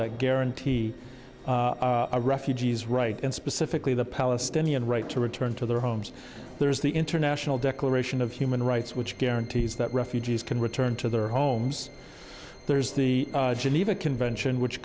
that guarantee refugees right and specifically the palestinian right to return to their homes there's the international declaration of human rights which guarantees that refugees can return to their homes there's the geneva convention which